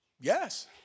yes